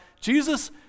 Jesus